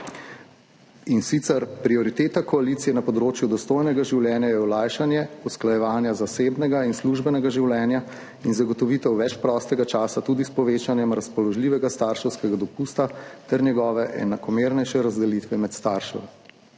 in sicer, prioriteta koalicije na področju dostojnega življenja je olajšanje usklajevanja zasebnega in službenega življenja in zagotovitev več prostega časa, tudi s povečanjem razpoložljivega starševskega dopusta ter njegove enakomernejše razdelitve med starše.